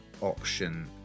option